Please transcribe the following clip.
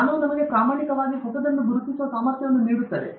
ಜ್ಞಾನವು ನಮಗೆ ಪ್ರಾಮಾಣಿಕವಾಗಿ ಹೊಸದನ್ನು ಗುರುತಿಸುವ ಸಾಮರ್ಥ್ಯವನ್ನು ನೀಡುತ್ತದೆ